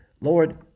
Lord